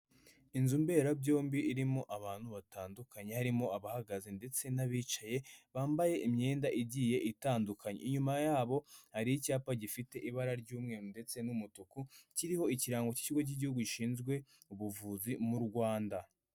Inzu mberabyombi irimo abantu batandukanye harimo abahagaze ndetse n'abicaye bambaye imyenda igiye itandukanye, inyuma yabo hari icyapa gifite ibara ry'umweru ndetse n'umutuku kiriho ikirango cy'igihugu gishinzwe ubuvuzi mu Rwanda.